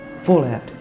Fallout